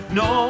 no